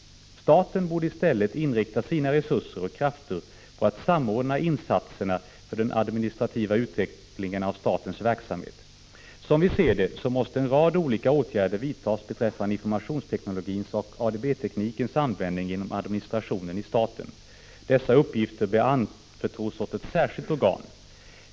Staten borde i stället inrikta sina resurser och krafter på att samordna insatserna för den administrativa utvecklingen av statens verksamhet. Som vi ser det måste en rad olika åtgärder vidtas beträffande informationsteknologins och ADB-teknikens användning inom administrationen i staten. Dessa uppgifter bör anförtros åt ett särskilt organ.